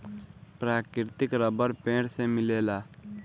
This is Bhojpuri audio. प्राकृतिक रबर पेड़ से मिलेला